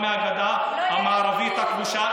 גם מהגדה המערבית הכבושה,